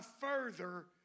further